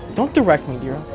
don't direct me here.